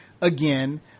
again